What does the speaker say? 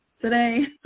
today